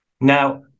Now